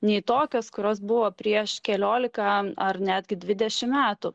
nei tokias kurios buvo prieš keliolika ar netgi dvidešimt metų